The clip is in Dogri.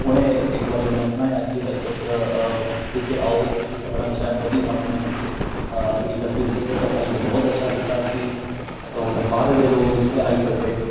उनें इक बारी उनें सनाया के तुस इतै आओ मोदी साहब ने इद्धर तिन सो सत्तर हटाइयै बहुत अच्छा कीता ते हून बाह्रै दे लोक इत्थै आई सकदे